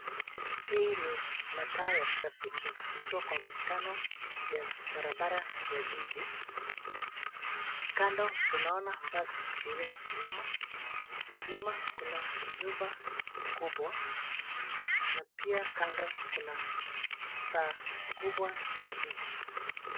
Hii ni mataa ya trafiki ikiwa kwa mkutano ya barabara ya jiji. Kando tunaona basi lililosimama. Nyuma kuna nyumba kubwa na pia kando kuna saa kubwa ya jiji.